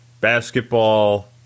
basketball